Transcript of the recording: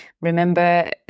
Remember